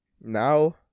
now